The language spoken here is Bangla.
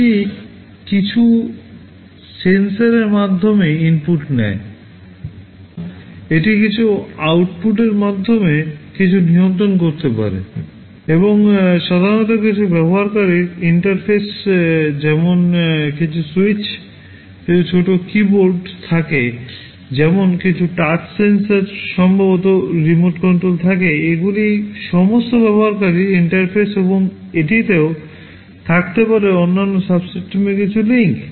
এটি কিছু সেন্সরের মাধ্যমে ইনপুট নেয় এবং এটি কিছু আউটপুটের মাধ্যমে কিছু নিয়ন্ত্রণ করতে পারে এবং সাধারণত কিছু ব্যবহারকারীর ইন্টারফেস যেমন কিছু স্যুইচ কিছু ছোট কীবোর্ড থাকে যেমন কিছু টাচ সেন্সর সম্ভবত রিমোট কন্ট্রোল থাকে এগুলি সমস্ত ব্যবহারকারীর ইন্টারফেস এবং এটিতেও থাকতে পারে অন্যান্য সাবসিস্টিমে কিছু লিঙ্ক